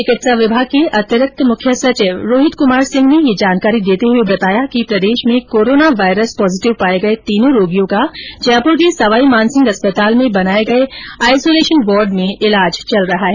चिकित्सा विमाग के अतिरिक्त मुख्य सचिव रोहित कुमार सिंह ने बताया कि प्रदेश में कोरोना वायरस पोजेटिव पाये गये तीनों रोगियों का जयपुर के सवाईमानसिंह अस्पताल में बनाये गये आइसोलेशन वार्ड में ईलाज चल रहा है